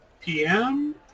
PM